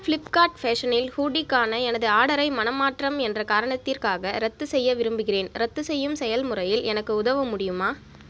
Flipkart ஃபேஷனில் ஹூடிக்கான எனது ஆர்டரை மனம் மாற்றம் என்ற காரணத்திற்காக ரத்து செய்ய விரும்புகிறேன் ரத்துசெய்யும் செயல்முறையில் எனக்கு உதவ முடியுமா